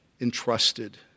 entrusted